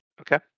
Okay